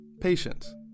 Patience